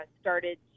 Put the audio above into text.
started